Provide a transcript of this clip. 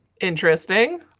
Interesting